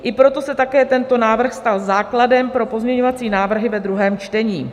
I proto se také tento návrh stal základem pro pozměňovací návrh ve druhém čtení.